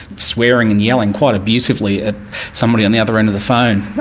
swearing and yelling quite abusively at somebody on the other end of the phone,